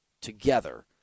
together